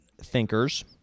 thinkers